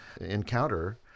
encounter